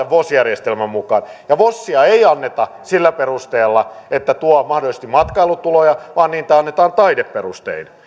vos järjestelmän mukaan vosia ei anneta sillä perusteella että tuo mahdollisesti matkailutuloja vaan sitä annetaan taideperustein